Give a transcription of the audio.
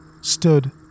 stood